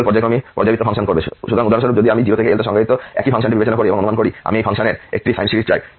সুতরাং উদাহরণস্বরূপ যদি আমি 0 থেকে L তে সংজ্ঞায়িত একই ফাংশনটি বিবেচনা করি এবং অনুমান করি আমি এই ফাংশনের একটি সাইন সিরিজ চাই